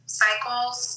cycles